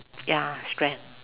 ya strength